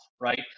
right